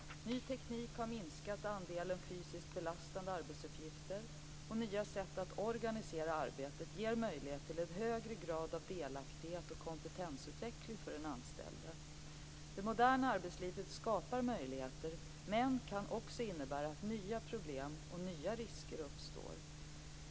Ny teknik har minskat andelen fysiskt belastande arbetsuppgifter, och nya sätt att organisera arbetet ger möjlighet till en högre grad av delaktighet och kompetensutveckling för den anställde. Det moderna arbetslivet skapar möjligheter men kan också innebära att nya problem och nya risker uppstår.